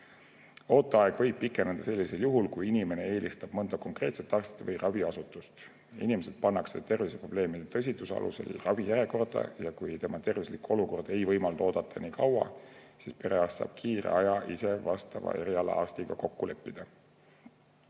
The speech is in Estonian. Ooteaeg võib pikeneda sellisel juhul, kui inimene eelistab mõnda konkreetset arsti või raviasutust. Inimesed pannakse terviseprobleemide tõsiduse alusel ravijärjekorda ja kui tervislik olukord ei võimalda nii kaua oodata, siis perearst saab kiiresti aja ise eriarstiga kokku leppida.